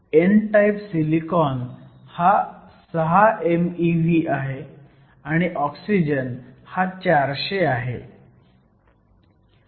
n type silicon हा 6 mev आहे आणि ऑक्सिजन हा 400 आहे